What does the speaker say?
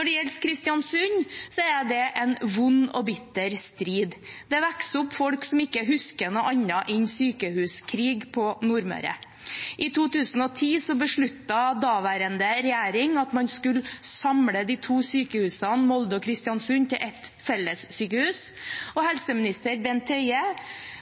det gjelder Kristiansund, er det en vond og bitter strid. Det vokser opp folk som ikke husker noe annet en sykehuskrig på Nordmøre. I 2010 besluttet daværende regjering at man skulle samle de to sykehusene, Molde og Kristiansund, til ett felles sykehus, og helseminister Bent Høie